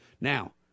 Now